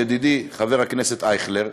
ידידי חבר הכנסת אייכלר,